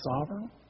sovereign